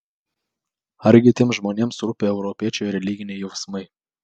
argi tiems žmonėms rūpi europiečių religiniai jausmai